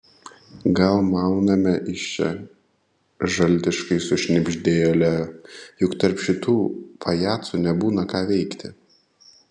gal mauname iš čia žaltiškai sušnibždėjo leo juk tarp šitų pajacų nebūna ką veikti